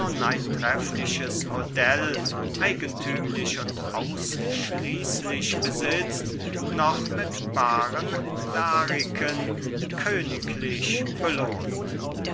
ein treffliches modell eigenthümlich und ausschließlich besitzt noch mit baaren dariken königlich belohnt